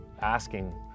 asking